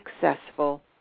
successful